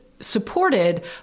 supported